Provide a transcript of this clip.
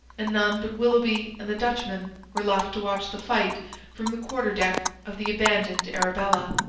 and none but willoughby and the dutchman were left to watch the fight from the quarter-deck of the abandoned arabella.